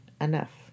enough